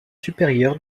supérieur